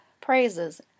praises